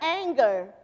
anger